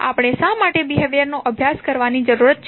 આપણે શા માટે બિહેવિઅરનો અભ્યાસ કરવાની જરૂર છે